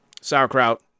sauerkraut